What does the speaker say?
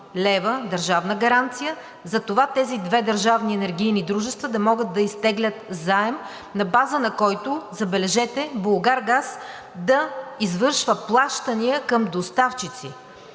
лв. държавна гаранция и тези две държавни енергийни дружества да могат да изтеглят заем, на базата на който, забележете, „Булгаргаз“ да извършва плащания към доставчици.